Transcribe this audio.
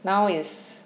now is